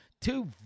two